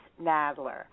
Nadler